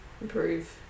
improve